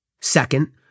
Second